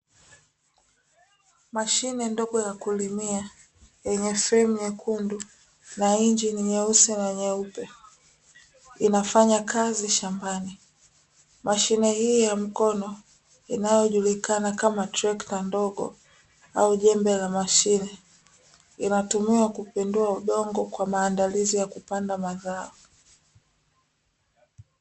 Mashine ndogo ya kulimia yenye fremu nyekundu na injini nyeusi na nyeupe inafanya kazi shambani. Mashine hii ya mkononi inayojulikana kama trekta ndogo au jembe la mashine, hutumiwa kupindua udongo kwa maandalizi ya kupanda mazao.